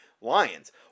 lions